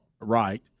right